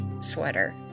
sweater